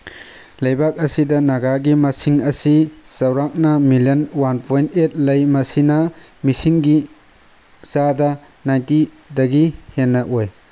ꯂꯩꯕꯥꯥꯛ ꯑꯁꯤꯗ ꯅꯥꯒꯥꯒꯤ ꯃꯁꯤꯡ ꯑꯁꯤ ꯆꯥꯎꯔꯥꯛꯅ ꯃꯤꯂꯟ ꯋꯥꯟ ꯄꯣꯏꯟ ꯑꯩꯠ ꯂꯩ ꯃꯁꯤꯅ ꯃꯤꯁꯤꯡꯒꯤ ꯆꯥꯗ ꯅꯥꯏꯟꯇꯤꯗꯒꯤ ꯍꯦꯟꯅ ꯑꯣꯏ